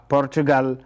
Portugal